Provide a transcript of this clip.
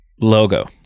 logo